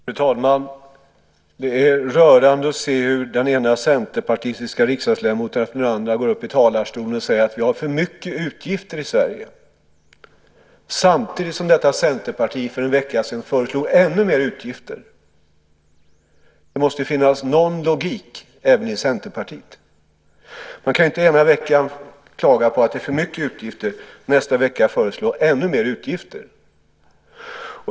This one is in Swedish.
Fru talman! Det är rörande att se den ena centerpartistiska ledamoten efter den andra gå upp i talarstolen och säga att vi har för mycket utgifter i Sverige - detta samtidigt som Centerpartiet för en vecka sedan föreslog ännu mer utgifter. Det måste väl finnas någon logik även i Centerpartiet. Man kan ju inte den ena veckan klaga på att det är för mycket utgifter och den andra veckan föreslå ännu mer utgifter.